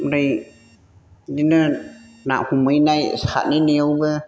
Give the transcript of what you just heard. ओमफ्राय बिदिनो ना हमहैनाय साथहैनायावबो